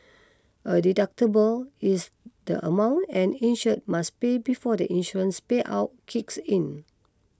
a deductible is the amount an insured must pay before the insurance payout kicks in